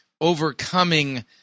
overcoming